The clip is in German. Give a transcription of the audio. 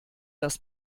das